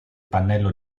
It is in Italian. pannello